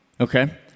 Okay